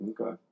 Okay